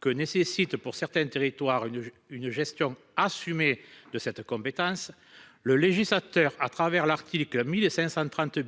que nécessite pour certains territoires une gestion assumée de cette compétence, le législateur, à l'article 1530